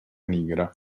nigra